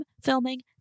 filming